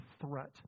threat